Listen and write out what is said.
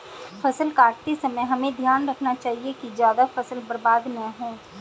फसल काटते समय हमें ध्यान रखना चाहिए कि ज्यादा फसल बर्बाद न हो